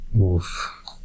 Oof